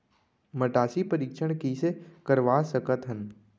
माटी परीक्षण कइसे करवा सकत हन?